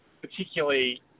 particularly